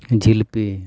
ᱡᱷᱤᱞᱯᱤ